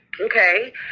Okay